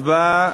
הצבעה